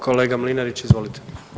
Kolega Mlinarić, izvolite.